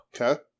okay